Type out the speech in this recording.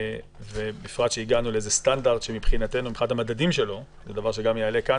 בפרט שהגענו לסטנדרט שמבחינת המדדים שלו זה דבר שיעלה גם כאן,